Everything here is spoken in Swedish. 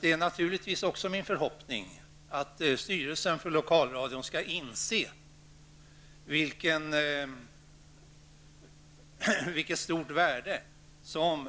Det är naturligtvis också min förhoppning att styrelsen för lokalradion inser vilket stort värde